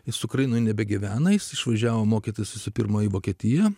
jis ukrainoje nebegyvena jis išvažiavo mokytis visų pirma į vokietiją